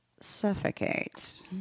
suffocate